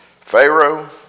Pharaoh